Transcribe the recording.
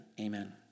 amen